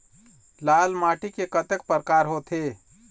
लाल माटी के कतक परकार होथे?